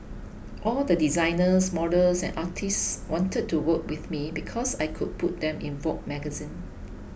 all the designers models and artists wanted to work with me because I could put them in Vogue magazine